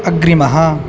अग्रिमः